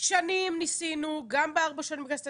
אנחנו מודים לכם,